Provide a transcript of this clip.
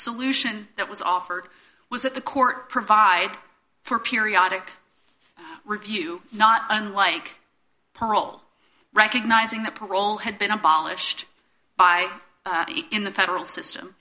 solution that was offered was that the court provide for periodic review not unlike paul recognizing the parole had been abolished by in the federal system